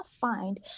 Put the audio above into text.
find